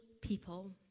people